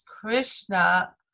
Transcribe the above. Krishna